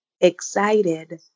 excited